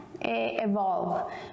Evolve